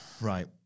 Right